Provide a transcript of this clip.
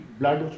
blood